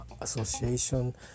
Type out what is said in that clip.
Association